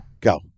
Go